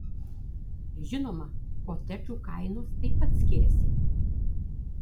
žinoma kotedžų kainos taip pat skiriasi